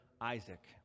Isaac